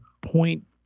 point